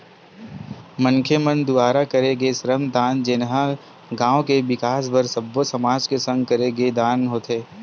मनखे मन दुवारा करे गे श्रम दान जेनहा गाँव के बिकास बर सब्बो समाज के संग करे गे दान होथे